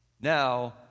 Now